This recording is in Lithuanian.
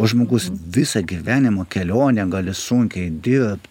žmogus visą gyvenimo kelionę gali sunkiai dirbt